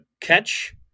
catch